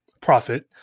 profit